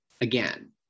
Again